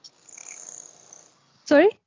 Sorry